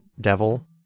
devil